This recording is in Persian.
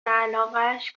علاقش